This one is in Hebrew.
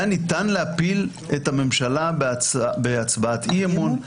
היה ניתן להפיל את הממשלה בעצמה בהצבעת אי-אמון,